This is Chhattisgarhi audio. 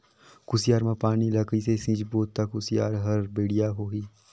कुसियार मा पानी ला कइसे सिंचबो ता कुसियार हर बेडिया होही?